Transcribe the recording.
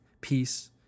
peace